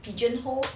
pigeonhole